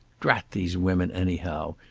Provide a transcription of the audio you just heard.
drat these women anyhow.